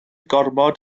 gormod